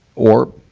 or,